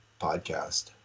podcast